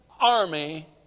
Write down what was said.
Army